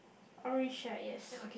orange chair yes